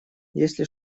если